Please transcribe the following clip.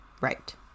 right